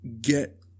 get